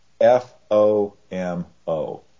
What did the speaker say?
F-O-M-O